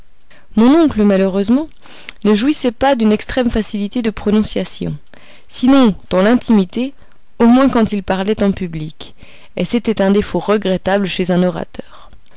mon oncle malheureusement ne jouissait pas d'une extrême facilité de prononciation sinon dans l'intimité au moins quand il parlait en public et c'est un défaut regrettable chez un orateur